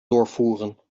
doorvoeren